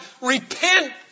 repent